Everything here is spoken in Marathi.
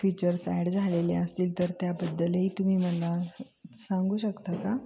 फीचर्स ॲड झालेले असतील तर त्याबद्दलही तुम्ही मला सांगू शकता का